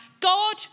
God